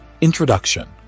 Introduction